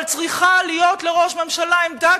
אבל צריכה להיות לראש ממשלה עמדה,